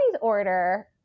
order